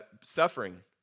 Suffering